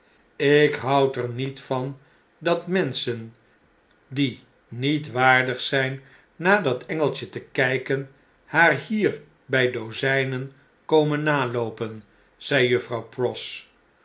ik houd er niet van dat menschen die niet waardig zp naar dat engellje te kpen haar hier bij dozpen komen naloopen zei juffrouw pross